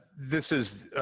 this is,